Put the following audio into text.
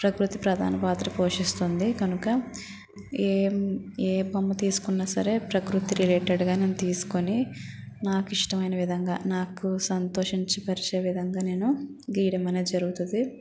ప్రకృతి ప్రధాన పాత్ర పోషిస్తుంది కనుక ఏం ఏ బొమ్మ తీసుకున్న సరే ప్రకృతి రిలేటెడ్గా నేను తీసుకొని నాకిష్టమైన విధంగా నాకు సంతోషించు పరిచే విధంగా నేను గీయడం అనేది జరుగుతది